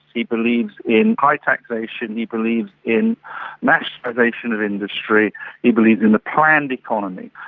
he believes in high taxation, he believes in nationalisation of industry he believes in a planned economy.